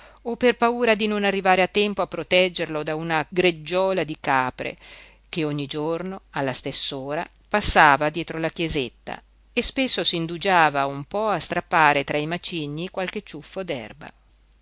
o per paura di non arrivare a tempo a proteggerlo da una greggiola di capre che ogni giorno alla stess'ora passava dietro la chiesetta e spesso s'indugiava un po a strappare tra i macigni qualche ciuffo